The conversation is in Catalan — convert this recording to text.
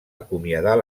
acomiadar